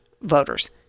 voters